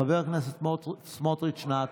חבר הכנסת סמוטריץ', נא התחל.